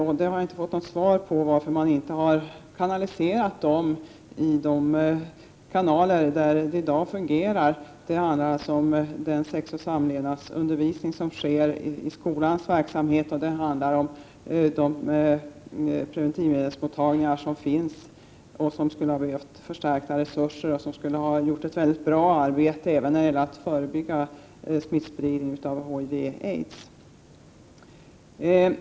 Jag har inte fått något svar på varför man inte för dem har använt de kanaler som i dag fungerar — det handlar alltså om den sexoch samlevnadsundervisning som sker i skolan, och det handlar om de preventivmedelsmottagningar som finns och som skulle ha behövt förstärkta resurser; de skulle ha gjort ett mycket bra arbete även när det gäller att förebygga spridning av HIV och aidssmitta.